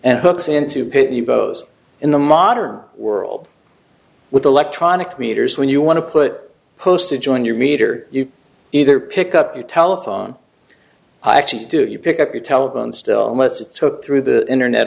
and hooks into pitney bowes in the modern world with electronic meters when you want to put post to join your meter you either pick up your telephone actually do you pick up your telephone still miss its hook through the internet